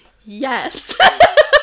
Yes